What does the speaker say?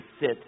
sit